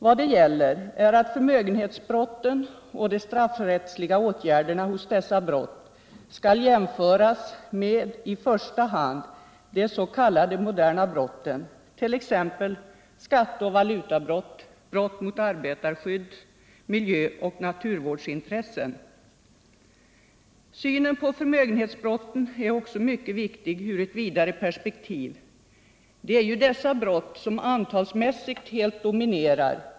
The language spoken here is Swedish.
Vad det gäller är att förmögenhetsbrotten och de straffrättsliga åtgärderna i samband med dessa skall jämföras med i första hand de s.k. moderna brotten, t.ex. skatteoch valutabrott, brott mot bestämmelser om arbetarskydd eller mot milöoch naturvårdsintressen. Synen på förmögenhetsbrotten är också mycket viktig sett ur ett vidare perspektiv. Det är dessa brott som antalsmässigt helt dominerar.